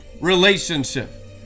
relationship